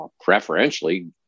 preferentially